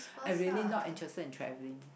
I really not interested in travelling